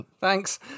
Thanks